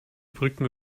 brücken